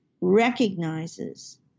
recognizes